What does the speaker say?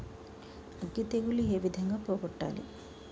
అగ్గి తెగులు ఏ విధంగా పోగొట్టాలి?